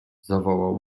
zawołał